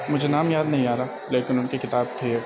مجھے نام یاد نہیں آ رہا لیکن ان کی کتاب تھی